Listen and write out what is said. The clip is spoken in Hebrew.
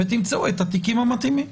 ותמצאו את התיקים המתאימים.